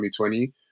2020